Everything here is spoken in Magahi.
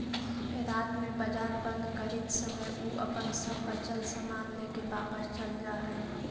रात में बाजार बंद करित समय उ अपन सब बचल सामान लेके वापस चल जा हइ